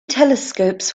telescopes